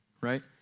right